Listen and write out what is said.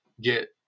get